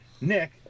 Nick